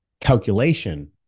calculation